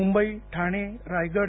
Mumbai Thane Raigad